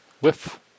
Whiff